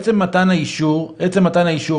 מה לעשות,